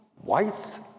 whites